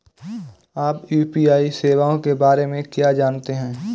आप यू.पी.आई सेवाओं के बारे में क्या जानते हैं?